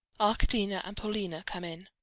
arkadina and paulina come in,